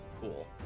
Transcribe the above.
Cool